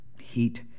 heat